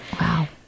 Wow